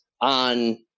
on